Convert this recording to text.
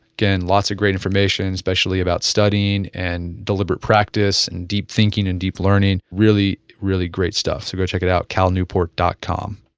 again, lots of great information especially about studying and deliberate practice and deep thinking and deep learning, really, really great stuff. so go check it out calnewport dot com